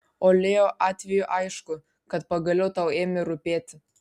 o leo atveju aišku kad pagaliau tau ėmė rūpėti